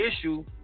issue